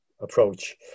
approach